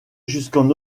jusqu’en